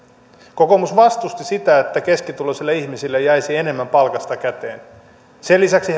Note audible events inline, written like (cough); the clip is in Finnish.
kokoomus vastusti sitä että keskituloisille ihmisille jäisi enemmän palkasta käteen sen lisäksi (unintelligible)